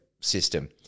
system